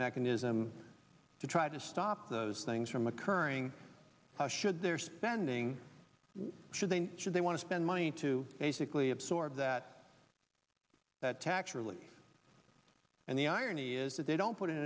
mechanism to try to stop those things from occurring how should their spending should they should they want to spend money to basically absorb that that tax relief and the irony is that they don't put